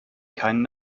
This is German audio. keinen